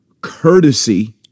courtesy